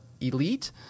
elite